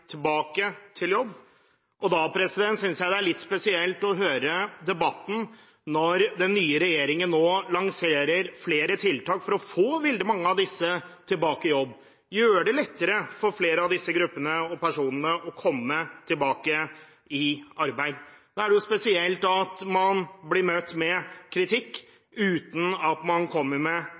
til jobb. Da synes jeg det er litt spesielt å høre debatten når den nye regjeringen nå lanserer flere tiltak for å få veldig mange av disse tilbake i jobb, og gjør det lettere for flere av disse gruppene og personene å komme tilbake i arbeid. Da er det spesielt at man blir møtt med kritikk, uten at man kommer med